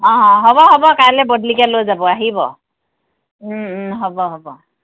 অ হ'ব হ'ব কাইলৈ বদলিকে লৈ যাব আহিব ওম ওম হ'ব হ'ব